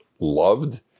loved